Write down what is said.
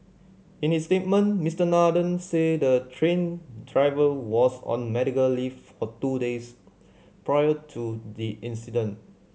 in his statement Mister Nathan said the train driver was on medical leave for two days prior to the incident